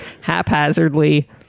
haphazardly